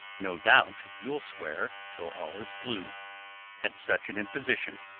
no doubt you'll swear till all is blue at such an imposition.